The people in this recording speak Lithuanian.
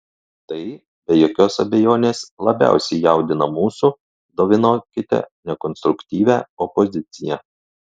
tai be jokios abejonės labiausiai jaudina mūsų dovanokite nekonstruktyvią opoziciją